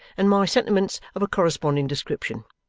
and my sentiments of a corresponding description.